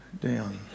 down